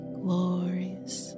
glorious